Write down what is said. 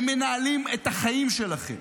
הם מנהלים את החיים שלכם.